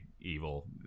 evil